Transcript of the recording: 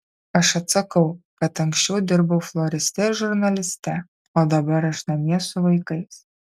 aš atsakau kad anksčiau dirbau floriste ir žurnaliste o dabar aš namie su vaikais